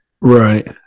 Right